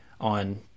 on